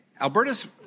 Alberta's